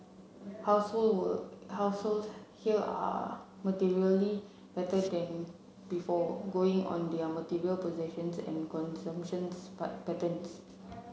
household here are materially better than before going on their material possessions and consumption patterns